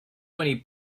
many